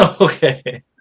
okay